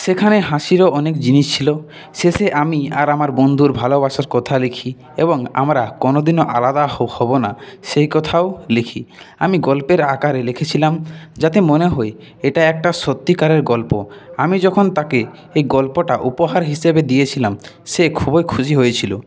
সেখানে হাসিরও অনেক জিনিস ছিল শেষে আমি আর আমার বন্ধুর ভালোবাসার কথা লিখি এবং আমরা কোনোদিনও আলাদা হব না সেই কথাও লিখি আমি গল্পের আকারে লিখেছিলাম যাতে মনে হোয় এটা একটা সত্যিকারের গল্প আমি যখন তাকে এই গল্পটা উপহার হিসেবে দিয়েছিলাম সে খুবই খুশি হয়েছিল